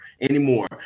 anymore